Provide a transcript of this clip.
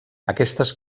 aquestes